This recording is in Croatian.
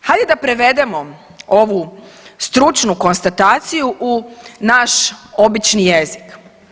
Hajde da prevedemo ovu stručnu konstataciju u naš obični jezik.